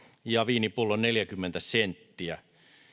ja viinipullon neljäkymmentä senttiä